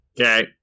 Okay